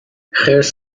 خرس